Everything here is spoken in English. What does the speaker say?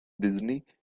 disney